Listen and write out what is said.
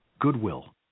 Goodwill